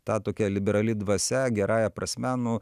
ta tokia liberali dvasia gerąja prasme nu